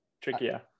trickier